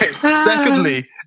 Secondly